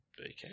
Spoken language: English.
Okay